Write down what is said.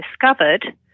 discovered